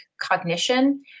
cognition